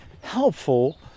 helpful